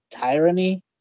tyranny